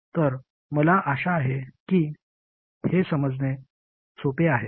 तर मला आशा आहे की हे समजणे सोपे आहे